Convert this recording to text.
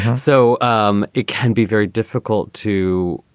so um it can be very difficult to